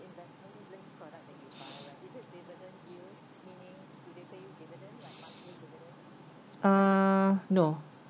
uh no